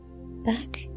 back